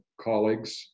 colleagues